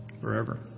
forever